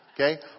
Okay